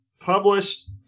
published